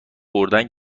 بردن